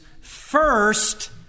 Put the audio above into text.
first